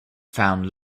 found